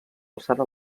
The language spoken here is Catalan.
alçada